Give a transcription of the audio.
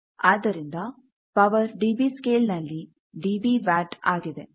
ಆದ್ದರಿಂದ power dB scale ನಲ್ಲಿ dB watt ಆಗಿದೆ